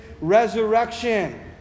resurrection